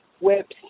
whips